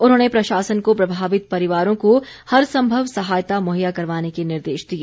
उन्होंने प्रशासन को प्रभावित परिवारों को हर संभव सहायता मुहैया करवाने के निर्देश दिए